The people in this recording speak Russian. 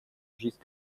жизнь